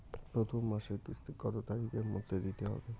প্রথম মাসের কিস্তি কত তারিখের মধ্যেই দিতে হবে?